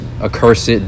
accursed